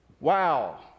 Wow